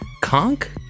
Conk